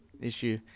issue